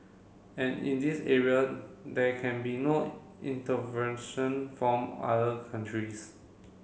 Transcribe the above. and in this area there can be no intervention from other countries